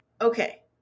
Okay